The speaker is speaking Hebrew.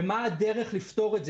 ומהי הדרך לפתור את זה.